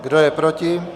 Kdo je proti?